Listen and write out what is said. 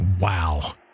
Wow